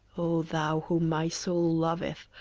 o thou whom my soul loveth,